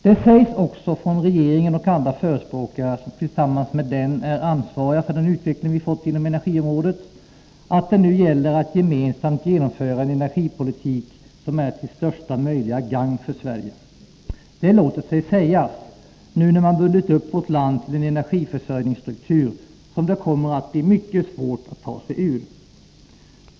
Det sägs också från regeringen och andra förespråkare, som tillsammans med den är ansvariga för den utveckling vi har fått inom energiområdet, att det nu gäller att gemensamt genomföra en energipolitik som är till största möjliga gagn för Sverige. Det låter sig sägas, nu när man bundit upp vårt land till en energiförsörjningsstruktur som det kommer att bli mycket svårt att ta sig ur.